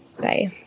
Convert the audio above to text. Bye